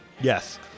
yes